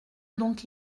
donc